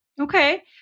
Okay